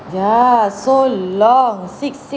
ya so long six six